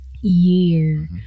Year